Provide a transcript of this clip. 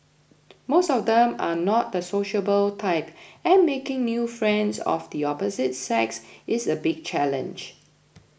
most of them are not the sociable type and making new friends of the opposite sex is a big challenge